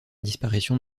disparition